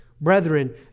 Brethren